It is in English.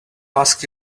ask